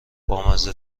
بامزه